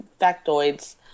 factoids